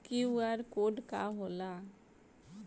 QR code का होला?